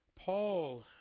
Paul